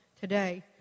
today